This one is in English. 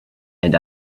and